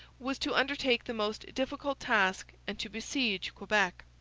was to undertake the most difficult task and to besiege quebec.